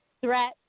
Threat